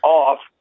off